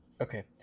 okay